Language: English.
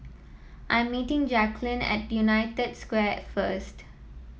I am meeting Jacalyn at United Square first